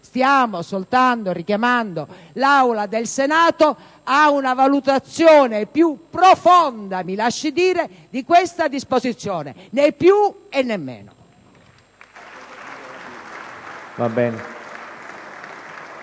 Stiamo soltanto richiamando l'Aula del Senato a una valutazione più profonda - mi lasci dire - di questa disposizione: né più, né meno.